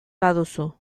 baduzu